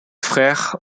frère